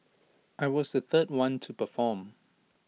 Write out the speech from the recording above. I was the third one to perform